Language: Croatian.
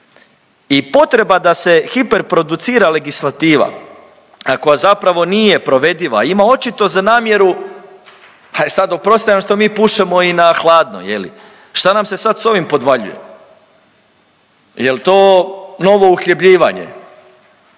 I potreba da se hiper producira legislativa koja zapravo nije provediva ima očito za namjeru e sad oprostite što mi pušemo i na hladno je li, šta nam se sad sa ovim podvaljuje. Jel' to novo uhljebljivanje?